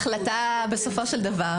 בסופו של דבר,